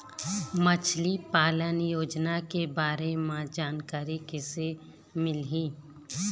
मछली पालन योजना के बारे म जानकारी किसे मिलही?